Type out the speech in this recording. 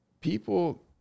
people